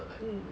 嗯